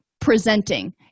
presenting